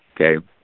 okay